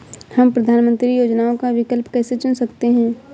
हम प्रधानमंत्री योजनाओं का विकल्प कैसे चुन सकते हैं?